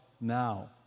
now